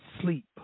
sleep